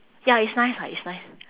ya it's nice ah it's nice